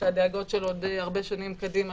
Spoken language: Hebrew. כשהדאגות שלו די הרבה שנים קדימה,